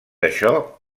això